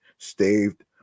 Staved